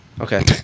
Okay